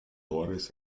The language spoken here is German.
doris